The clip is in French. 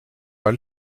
pas